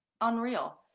unreal